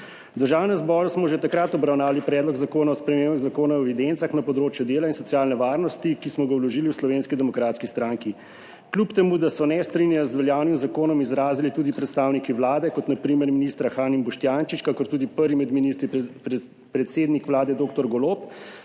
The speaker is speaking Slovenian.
V Državnem zboru smo že takrat obravnavali Predlog zakona o spremembah Zakona o evidencah na področju dela in socialne varnosti, ki smo ga vložili v Slovenski demokratski stranki. Kljub temu, da so nestrinjanje z veljavnim zakonom izrazili tudi predstavniki Vlade, kot na primer ministra Han in Boštjančič, kakor tudi prvi med ministri, predsednik Vlade dr. Golob,